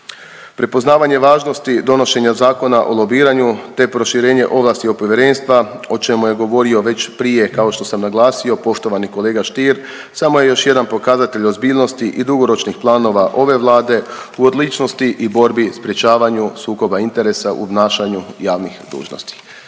Prepoznavanje važnosti donošenja Zakona o lobiranju, te proširenje ovlasti Povjerenstva, o čemu je govorio već prije, kao što sam naglasio, poštovani kolega Stier, samo je još jedan pokazatelj ozbiljnosti i dugoročnih planova ove Vlade u odličnosti i borbi sprječavanju sukoba interesa u obnašanju javnih dužnosti.